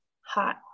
Hot